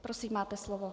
Prosím, máte slovo.